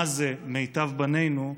מה זה "מיטב בנינו",